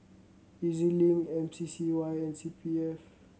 E Z Link M C C Y and C P F